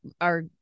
are-